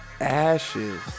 Ashes